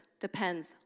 depends